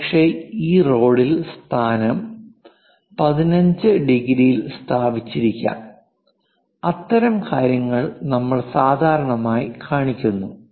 ഒരുപക്ഷേ ഈ റേഡിയൽ സ്ഥാനം 15 ഡിഗ്രിയിൽ സ്ഥാപിച്ചിരിക്കാം അത്തരം കാര്യങ്ങൾ നമ്മൾ സാധാരണയായി കാണിക്കുന്നു